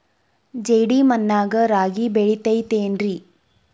ಜೇಡಿ ಮಣ್ಣಾಗ ರಾಗಿ ಬೆಳಿತೈತೇನ್ರಿ?